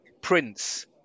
Prince